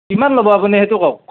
কিমান ল'ব আপুনি সেইটো কওক